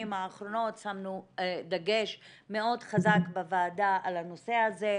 האחרונות שמנו דגש מאוד חזק בוועדה על הנושא הזה.